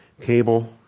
cable